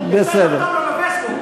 תכתוב לו בפייסבוק.